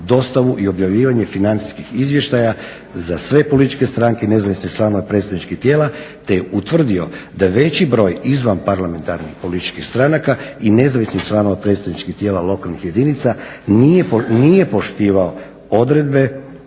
i objavljivanje financijskih izvještaja za sve političke stranke i nezavisne članove predstavničkih tijela te je utvrdio da veći broj izvan parlamentarnih političkih stranaka i nezavisnih članova predstavničkih tijela lokalnih jedinica nije poštivao odredbe